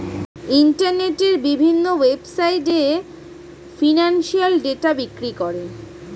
ইন্টারনেটের বিভিন্ন ওয়েবসাইটে এ ফিনান্সিয়াল ডেটা বিক্রি করে